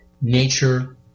Nature